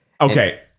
Okay